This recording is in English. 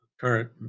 current